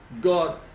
god